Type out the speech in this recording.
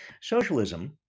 Socialism